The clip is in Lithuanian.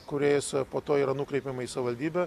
kuriais po to yra nukreipiama į savivaldybę